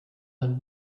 had